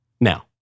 Now